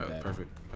Perfect